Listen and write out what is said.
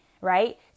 right